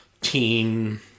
teen